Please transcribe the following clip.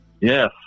Yes